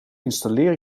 installeer